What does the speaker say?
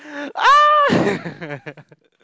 ah